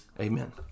Amen